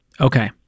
Okay